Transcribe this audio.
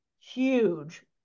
huge